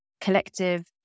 collective